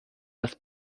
das